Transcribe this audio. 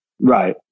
Right